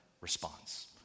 response